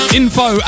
info